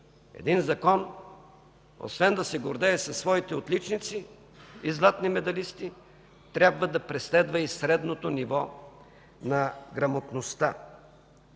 Един закон освен да се гордее със своите отличници и златни медалисти, трябва да преследва и средното ниво на грамотността.